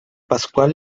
pascual